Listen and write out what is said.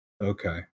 Okay